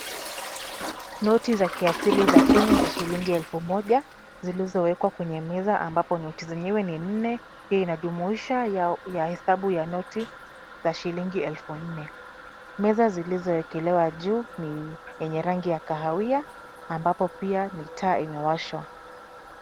Noti za kiasili za Kenya za shilingi elfu moja zilizowekwa kwenye meza ambapo noti zenyewe ni nne. Hii inajumuisha ya hesabu ya noti za shilingi elfu nne. Meza zilizowekelewa juu ni yenye rangi ya kahawia, ambapo pia ni taa imewashwa.